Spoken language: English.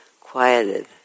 quieted